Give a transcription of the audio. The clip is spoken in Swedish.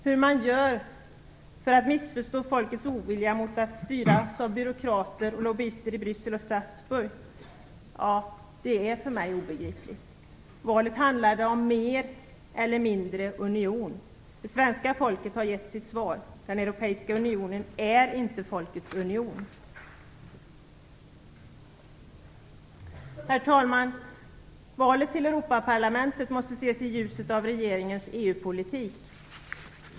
Hur man gör för att missförstå folkets ovilja mot att styras av byråkrater och lobbyister i Bryssel och Strasbourg, det är för mig obegripligt. Valet handlade om mer eller mindre union. Det svenska folket har gett sitt svar. Den europeiska unionen är inte folkets union. Herr talman! Valet till Europaparlamentet måste ses i ljuset av regeringens EU-politik.